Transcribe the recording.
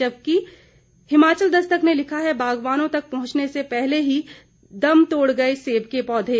जबकि हिमाचल दस्तक ने लिखा है बागवानों तक पहुंचने से पहले ही दम तोड़ गए सेब के पौधे